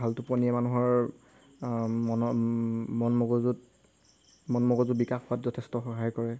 ভাল টোপনিয়ে মানুহৰ মন মন মগজুত মন মগজু বিকাশ হোৱাত যথেষ্ট সহায় কৰে